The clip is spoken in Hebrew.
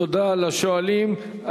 תודה לשואלים.